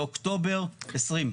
באוקטובר 20,